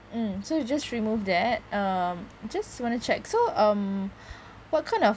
mm so you just remove that um just want to check so um what kind of